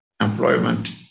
employment